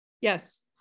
Yes